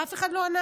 ואף אחד לא ענה,